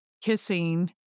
kissing